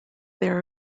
there